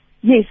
Yes